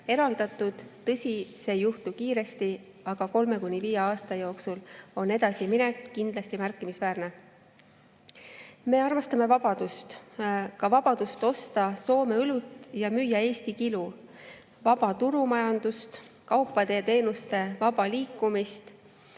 eraldatud. Tõsi, see ei juhtu kiiresti, aga kolme kuni viie aasta jooksul on edasiminek kindlasti märkimisväärne.Me armastame vabadust, ka vabadust osta Soome õlut ja müüa Eesti kilu, vaba turumajandust, kaupade ja teenuste vaba liikumist.